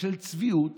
של צביעות